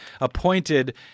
appointed